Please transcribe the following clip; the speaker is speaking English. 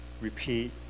repeat